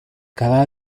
cada